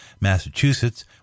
Massachusetts